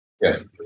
Yes